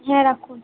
হ্যাঁ রাখুন